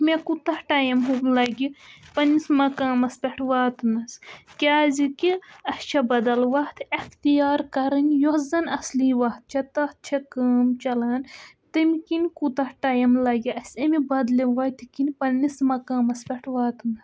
مےٚ کوٗتاہ ٹایِم حظ لَگہِ پنٛنِس مقامَس پٮ۪ٹھ واتنَس کیٛازِ کہِ اَسہِ چھےٚ بَدَل وَتھ اختِیار کَرٕنۍ یۄس زَن اَصلی وَتھ چھےٚ تَتھ چھےٚ کٲم چَلان تمہِ کِنۍ کوٗتاہ ٹایِم لَگہِ اَسہِ امہِ بَدلہِ وَتہِ کِنۍ پنٛنِس مقامَس پٮ۪ٹھ واتنَس